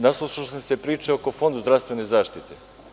Naslušao sam se priča oko Fonda zdravstvene zaštite.